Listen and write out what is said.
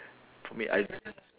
for me I